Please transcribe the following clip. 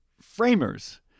framers